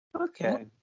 Okay